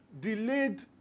delayed